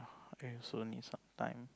okay so need some time